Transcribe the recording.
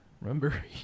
Remember